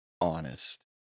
honest